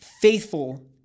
faithful